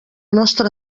nostra